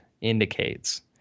indicates